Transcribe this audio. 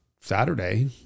Saturday